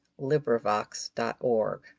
LibriVox.org